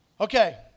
Okay